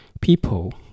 people